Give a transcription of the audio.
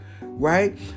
right